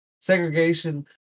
Segregation